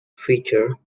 feature